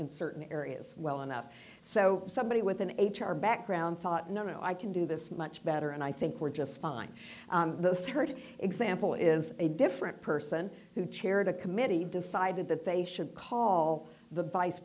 in certain areas well enough so somebody with an h r background thought no no i can do this much better and i think we're just fine the rd example is a different person who chaired a committee decided that they should call the vice